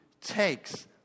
takes